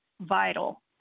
vital